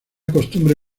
costumbre